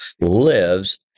lives